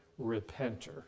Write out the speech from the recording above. repenter